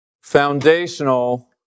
foundational